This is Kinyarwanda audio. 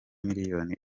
miliyoni